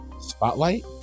Spotlight